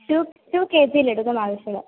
two टु के जि लड्डुकं आवश्यकं